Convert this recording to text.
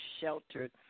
sheltered